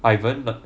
ivan per~